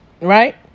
right